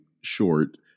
short